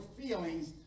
feelings